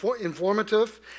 informative